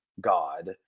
God